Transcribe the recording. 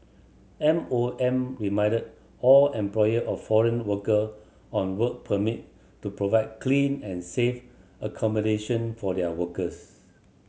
M O M reminded all employer of foreign worker on work permit to provide clean and safe accommodation for their workers